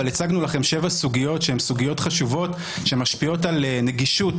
אבל הצגנו לכם שבע סוגיות שהן סוגיות חשובות שמשפיעות על נגישות